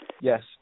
Yes